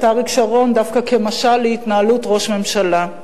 אריק שרון דווקא כמשל להתנהלות ראש ממשלה.